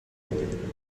jungen